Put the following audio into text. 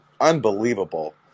unbelievable